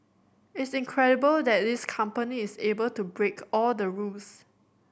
it's incredible that this company is able to break all the rules